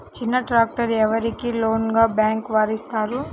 చిన్న ట్రాక్టర్ ఎవరికి లోన్గా బ్యాంక్ వారు ఇస్తారు?